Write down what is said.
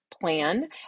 plan